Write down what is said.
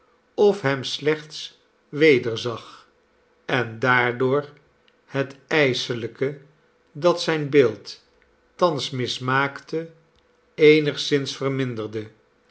of hem slechts weder zag en daardoor het ijselijke dat zijn beeld thans mismaakte eenigszins verminderde